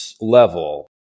level